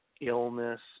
illness